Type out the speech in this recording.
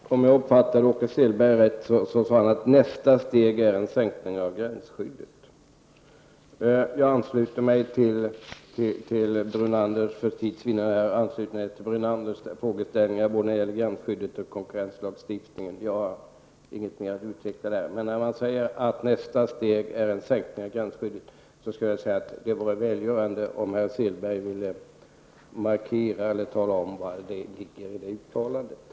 Fru talman! Om jag uppfattade Åke Selberg rätt, sade han att nästa steg är en sänkning av gränsskyddet. Jag ansluter mig till Brunanders frågeställning både när det gäller gränsskyddet och konkurrenslagstiftningen. Jag har inget mer att utveckla där. Men när man ser att nästa steg är en sänkning av gränsskyddet, vore det välgörande om herr Selberg ville markera vad han menar med uttalandet.